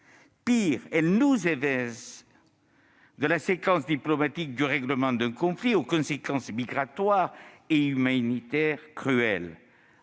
Pis, il nous évince de la séquence diplomatique du règlement d'un conflit aux conséquences migratoires et humanitaires cruelles.